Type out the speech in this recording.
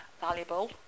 valuable